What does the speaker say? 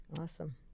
Awesome